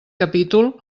capítol